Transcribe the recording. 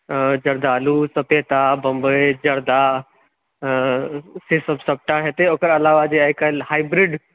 जर्दालू सपेता बम्बइ जर्दा सेसभ सभटा हेतै ओकर अलावा जे आइ काल्हि हाइब्रिड